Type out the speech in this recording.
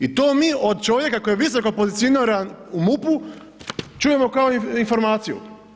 I to mi od čovjeka koji je visoko pozicioniran u MUP-u čujemo kao informaciju.